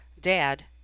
Dad